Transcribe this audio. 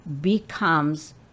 becomes